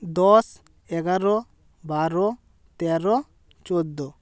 দশ এগারো বারো তেরো চোদ্দো